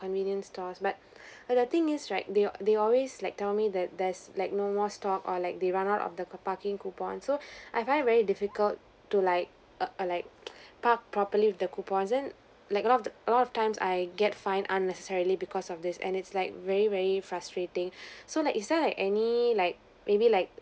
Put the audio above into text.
convenience stores but but the thing is right they al~ they always like tell me that there's like no more stock or like they run out of the parking coupon so I have very difficult to like err like park properly with the coupon and then like a lot of a lot of times I get fine unnecessarily because of this and it's like very very frustrating so like is there like any like maybe like